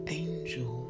angel